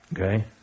Okay